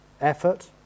effort